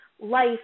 life